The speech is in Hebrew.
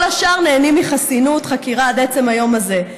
כל השאר נהנים מחסינות חקירה עד עצם היום הזה,